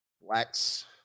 Wax